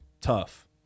Tough